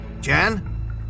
Jan